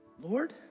Lord